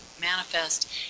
manifest